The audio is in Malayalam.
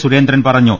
സു രേന്ദ്രൻ പറഞ്ഞു